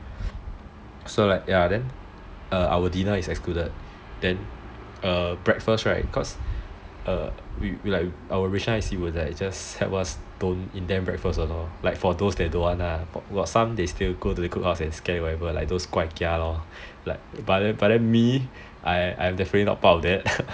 so like ya then our dinner is excluded then breakfast right our ration I_C will just help us don't indent breakfast for those that don't want lah but some they still go to the cook house to scan and whatever those 乖 kia lor but then me I'm definitely not part of that